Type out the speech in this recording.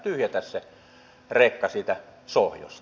näin se vain menee